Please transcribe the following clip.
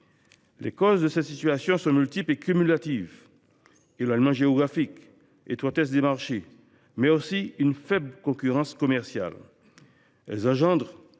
Les causes de cette situation sont multiples et cumulatives : éloignement géographique, étroitesse des marchés, manque de concurrence commerciale. Elles entraînent